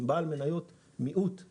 אם בעל מניות יש לו